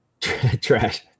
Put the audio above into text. trash